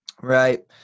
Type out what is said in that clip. Right